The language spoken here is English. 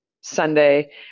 Sunday